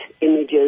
images